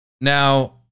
Now